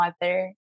mother